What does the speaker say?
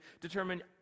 determine